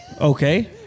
Okay